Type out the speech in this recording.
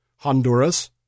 Honduras